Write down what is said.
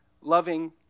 Loving